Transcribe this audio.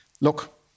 look